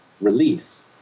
release